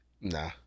Nah